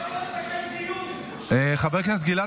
איך הוא יכול לסכם דיון שהוא לא היה ?הוא בא,